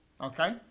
Okay